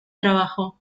trabajo